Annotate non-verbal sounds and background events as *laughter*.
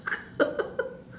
*laughs*